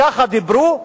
ככה דיברו,